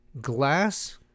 glass